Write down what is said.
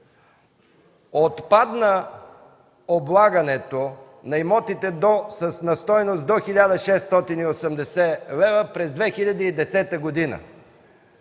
Отпадна облагането на имотите на стойност до 1680 лв. през 2010 г.